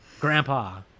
Grandpa